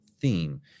theme